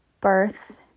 birth